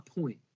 point